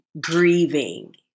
grieving